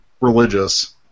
Religious